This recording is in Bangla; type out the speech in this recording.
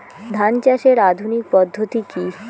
ধান চাষের আধুনিক পদ্ধতি কি?